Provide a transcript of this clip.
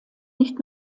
nicht